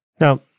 Now